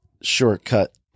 shortcut